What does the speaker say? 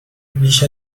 بیش